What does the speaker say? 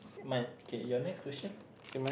my okay your next question